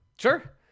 Sure